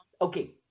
Okay